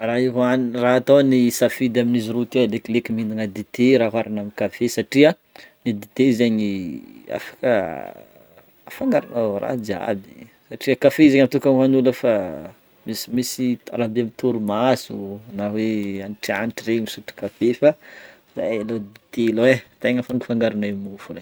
Raha ihoanina raha atao ny safidy amin'izy roa ty alekoleko mihinagna dite raha oharina amin'ny kafe satria ny dite zegny afaka afangaronao raha jiaby, satria kafe zegny natoka ho an'olo efa misimisy raha be amin'ny torimaso na hoe antitrantitra regny misotro kafe fa zahay aloha dite alôha e tegna afangafangaronay môfo regny.